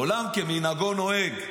עולם כמנהגו נוהג.